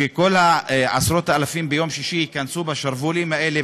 שכל עשרות האלפים ביום שישי ייכנסו בשרוולים האלה.